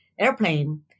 airplane